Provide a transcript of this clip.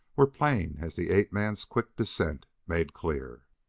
were plain, as the ape-man's quick dissent made clear.